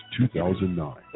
2009